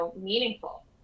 meaningful